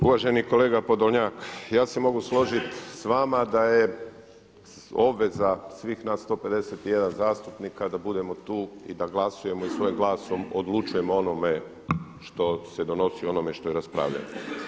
Uvaženi kolega Podolnjak, ja se mogu složit sa vama da je obveza svih nas 151 zastupnika da budemo tu i da glasujemo i svojim glasom odlučujemo o onome što se donosi, o onome što je raspravljeno.